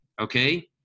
okay